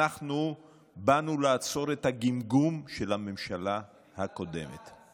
אנחנו באנו לעצור את הגמגום של הממשלה הקודמת.